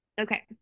Okay